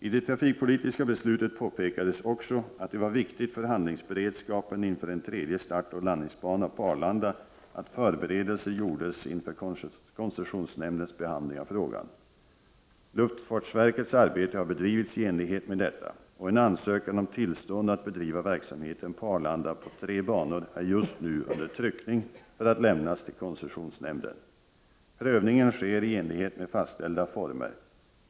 I det trafikpolitiska beslutet påpekades också att det var viktigt för handlingsberedskapen inför en tredje startoch landningsbana på Arlanda att förberedelser gjordes inför koncessionsnämndens behandling av frågan. Luftfartsverkets arbete har bedrivits i enlighet med detta, och en ansökan om tillstånd att bedriva verksamheten på Arlanda på tre banor är just nu under tryckning för att lämnas till koncessionsnämnden. Prövningen sker i enlighet med fastställda former.